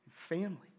family